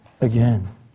again